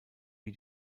wie